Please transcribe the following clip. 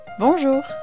Bonjour